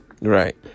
Right